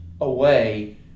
away